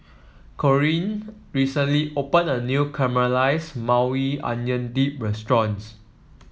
Corinne recently opened a new Caramelized Maui Onion Dip restaurant